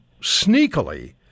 sneakily